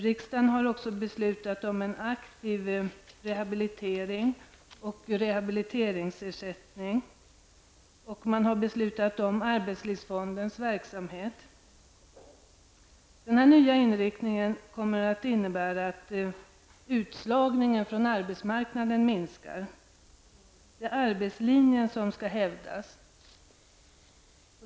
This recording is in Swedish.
Riksdagen har också beslutat om en aktiv rehabilitering och rehabiliteringsersättning och om arbetslivsfondens verksamhet. Denna nya inriktning kommer att innebära att utslagningen från arbetsmarknaden minskar. Det är arbetslinjen som skall hävdas.